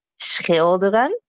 Schilderen